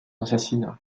assassinat